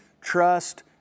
trust